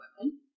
women